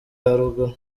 haruguru